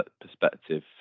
perspective